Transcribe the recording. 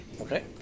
Okay